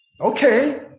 okay